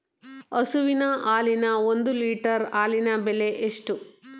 ಹಸುವಿನ ಹಾಲಿನ ಒಂದು ಲೀಟರ್ ಹಾಲಿನ ಬೆಲೆ ಎಷ್ಟು?